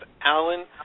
Alan